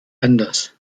anders